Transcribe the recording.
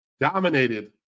dominated